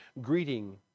greeting